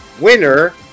winner